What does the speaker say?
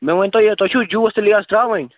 مےٚ ؤنۍتو یہِ تۄہہِ چھُو جوٗس تہٕ لیز ترٛاوٕنۍ